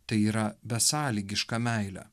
tai yra besąlygišką meilę